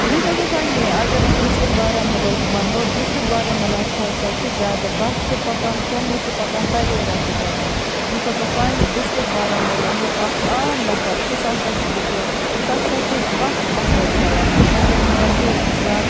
یُس ہَسا سانہِ اگر أسۍ ڈِسٹرک بارامُلھک وَنو ڈِسٹرک بارامُلاہَس ہَسا چھِ زیاد بَس چھِ پَکان سومو چھِ پَکان تَویرا چھِ پَکان یُس ہَسا سانہِ ڈِسٹرک ڈِسٹرک بارامُلاہُک اَکھ عام نَفَر چھِ سُہ ہَسا چھُ بِچور سُہ ہَسا چھِ بَس ایٚفٲڈ کَران سُہ ہَسا چھُ بَسے زیاد تام